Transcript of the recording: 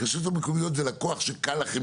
כי הרשויות המקומיות זה לקוח שקל לכם